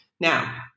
Now